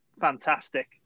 fantastic